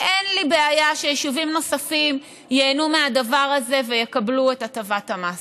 אין לי בעיה שיישובים נוספים ייהנו מהדבר הזה ויקבלו את הטבת המס,